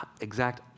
exact